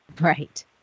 right